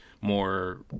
more